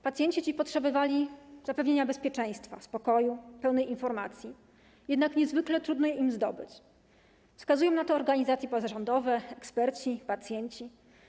Pacjenci ci potrzebowali zapewnienia bezpieczeństwa, spokoju, pełnej informacji, jednak niezwykle trudno im ją zdobyć, wskazują na to organizacje pozarządowe, eksperci, pacjenci.